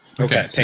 okay